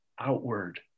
outward